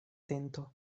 tento